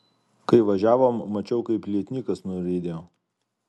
kai važiavom mačiau kaip lietnykas nuriedėjo